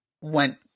went